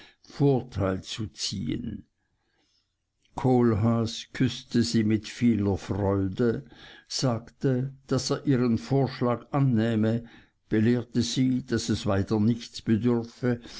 vorteil zu ziehen kohlhaas küßte sie mit vieler freude sagte daß er ihren vorschlag annähme belehrte sie daß es weiter nichts bedürfe